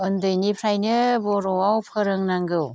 उन्दैनिफ्रायनो बर'आव फोरोंनांगौ